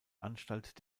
anstalt